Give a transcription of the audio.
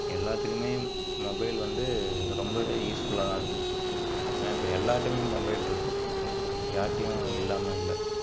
எல்லாத்துக்குமே மொபைல் வந்து ரொம்பவே யூஸ்ஃபுல்லாக தான் இருக்குது ஏன்னால் இப்போ எல்லார்டேயுமே மொபைல் இருக்குது யார்ட்டேயும் இல்லாமல் இல்லை